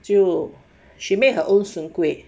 she made her own soon kueh